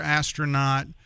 astronaut